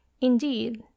indeed